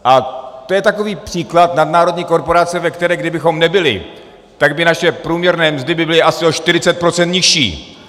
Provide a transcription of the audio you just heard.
A to je takový příklad nadnárodní korporace, ve které kdybychom nebyli, tak by naše průměrné mzdy byly asi o 40 % nižší.